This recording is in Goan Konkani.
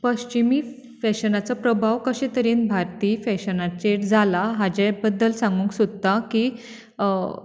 पश्चिमी फॅशनाचो प्रभाव कशें तरेन भारतीय फॅशनेचेर जाला हाचे बद्दल सांगूंक सोदता की